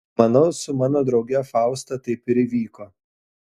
manau su mano drauge fausta taip ir įvyko